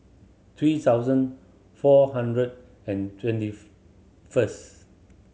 three thousand four hundred and twenty first